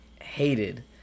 hated